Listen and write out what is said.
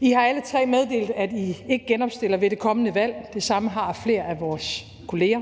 I har alle tre meddelt, at I ikke genopstiller ved det kommende valg. Det samme har flere af vores kolleger.